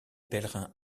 pèlerins